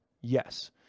yes